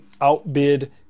outbid